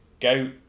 go